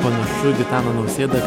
panašu gitaną nausėdą